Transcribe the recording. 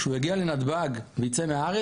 כשהוא יגיע לנתב"ג וייצא מהארץ,